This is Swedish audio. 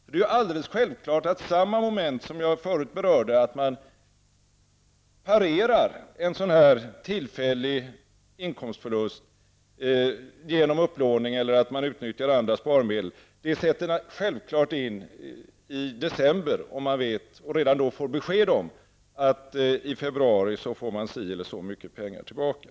Det är ju alldeles självklart att samma moment som jag förut berörde -- att man parerar en sådan här tillfällig inkomstförlust genom upplåning eller genom att man utnyttjar andra sparmedel -- sätter man i december, om man redan då får besked om att man i februari får si eller så mycket pengar tillbaka.